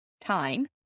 time